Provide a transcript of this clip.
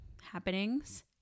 happenings